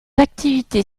activités